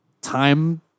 time